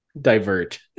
divert